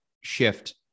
shift